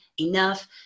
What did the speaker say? enough